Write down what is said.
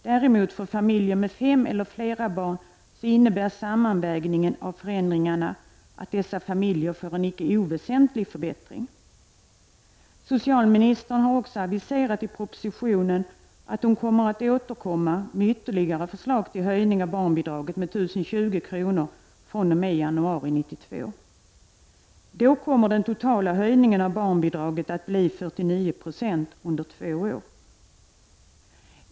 Däremot innebär sammanvägningen av förändringarna för familjer med fem eller fler barn en icke oväsentlig förbättring. Socialministern aviserar också i propositionen att hon kommer att återkomma med ytterligare förslag till höjning av barnbidraget med 1 020 kr. per år fr.o.m. den 1 januari 1992. Den totala höjningen av barnbidraget blir då 49 90 under två år.